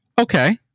Okay